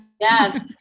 Yes